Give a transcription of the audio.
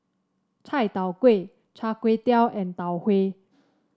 Chai Tow Kuay Char Kway Teow and Tau Huay